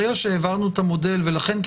ברגע שהעברנו את המודל ולכן,